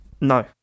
No